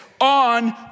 on